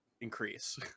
increase